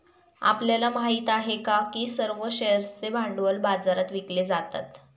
आपल्याला माहित आहे का की सर्व शेअर्सचे भांडवल बाजारात विकले जातात?